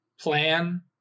Plan